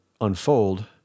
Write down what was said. unfold